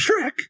Shrek